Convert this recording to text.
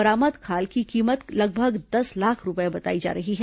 बरामद खाल की कीमत लगभग दस लाख रूपये बताई जा रही है